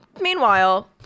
Meanwhile